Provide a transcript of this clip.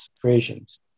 creations